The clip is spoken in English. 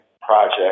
project